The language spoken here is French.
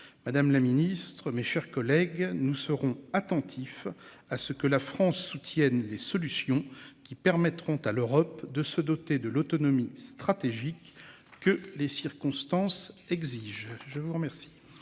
Madame la Ministre, mes chers collègues, nous serons attentifs à ce que la France soutienne les solutions qui permettront à l'Europe de se doter de l'autonomie stratégique que les circonstances exigent. Je vous remercie.